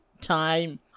time